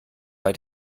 bei